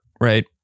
right